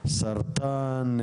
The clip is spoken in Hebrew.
סרטן,